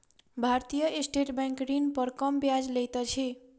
भारतीय State Bank ऋण पर कम ब्याज लैत अछि